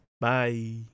Bye